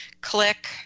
Click